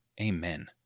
Amen